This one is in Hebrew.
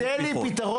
תן לי פתרון.